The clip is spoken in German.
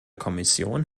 kommission